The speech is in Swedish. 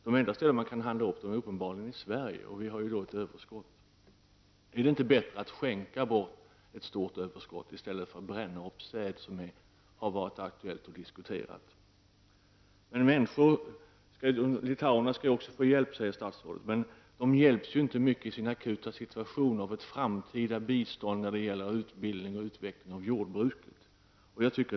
Det enda som finns att handla upp är uppenbarligen i Sverige, och vi har betydande överskott. Är det inte bättre att skänka bort ett stort överskott i stället för att bränna upp säd, så som har varit aktuellt och diskuterats här? Människorna i Litauen skall få hjälp, säger statsrådet. Men de hjälps inte så mycket i sin akuta situation av ett framtida bistånd när det gäller utbildning och utveckling av jordbruket.